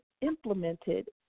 implemented